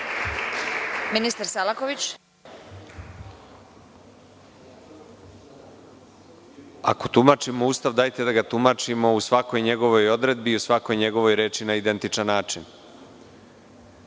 **Nikola Selaković** Ako tumačimo Ustav, dajte da ga tumačimo u svakoj njegovoj odredbi i u svakoj njegovoj reči na identičan